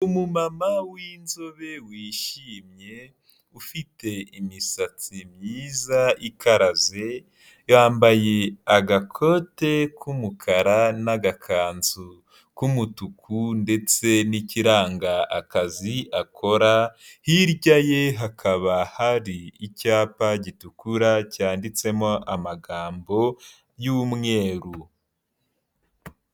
Umumama w'inzobe wishimye ufite imisatsi myiza ikaraze yambaye agakote k'umukara n'agakanzu k'umutuku ndetse n'ikiranga akazi akora, hirya ye hakaba hari icyapa gitukura cyanditsemo amagambo y'umweru.